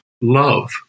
Love